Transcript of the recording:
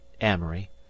amory